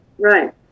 Right